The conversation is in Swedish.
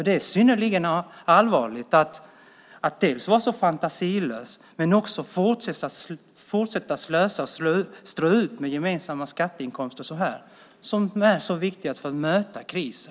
Det är synnerligen allvarligt att dels vara så fantasilös, dels fortsätta att slösa och strö ut gemensamma skatteinkomster som är så viktiga för att möta krisen.